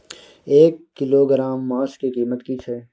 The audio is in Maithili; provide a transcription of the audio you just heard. एक किलोग्राम मांस के कीमत की छै?